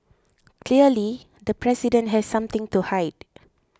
clearly the president has something to hide